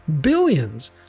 billions